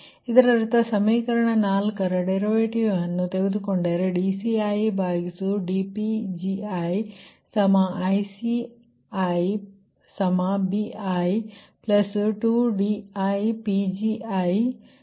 ಇದರರ್ಥ ಆ ಸಮೀಕರಣ 4 ರ ಡರಿವಿಟಿವ ಅನ್ನು ತೆಗೆದುಕೊಂಡರೆ dCidPgiICibi2diPgi ಸಿಗುತ್ತದೆ ಇದು ಸಮೀಕರಣ 5